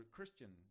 Christian